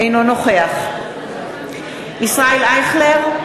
אינו נוכח ישראל אייכלר,